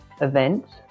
events